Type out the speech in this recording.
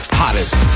hottest